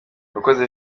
uwakoze